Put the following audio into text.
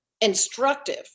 instructive